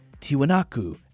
Tiwanaku